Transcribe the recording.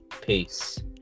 peace